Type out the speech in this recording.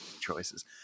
Choices